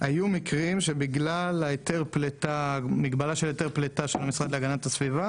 היו מקרים שבגלל המגבלה של היתר הפליטה של המשרד להגנת הסביבה